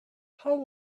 how